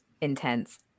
Intense